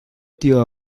tío